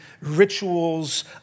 rituals